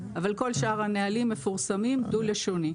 אבל כל שאר הנהלים מפורסמים, דו לשוני.